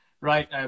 right